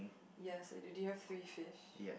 yes then do you have three fish